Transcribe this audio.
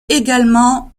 également